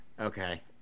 Okay